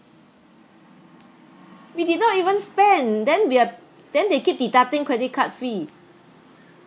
we did not even spend then we're then they keep deducting credit card fee